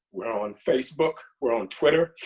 we're on facebook, we're on twitter.